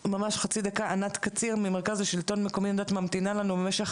ענת קציר ממרכז השלטון המקומי, בבקשה.